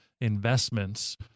investments